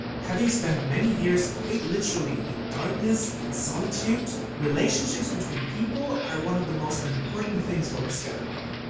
having spent many years quite literally in darkness and solitude, relationships between people are one of the most important things for the skeleton.